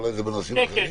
אולי זה בנושאים אחרים?